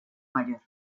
mayor